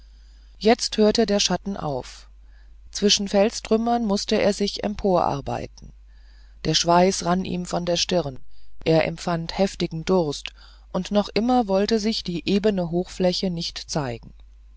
jetzt hörte der schatten auf zwischen felstrümmern mußte er sich emporarbeiten der schweiß rann ihm von der stirn er empfand heftigen durst und noch immer wollte sich die ebene hochfläche nicht zeigen